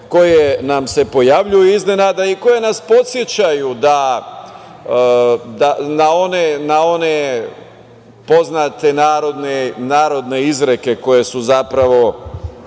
koje nam se pojavljuju iznenada i koje nas podsećaju na one poznate narodne izreke koje su zapravo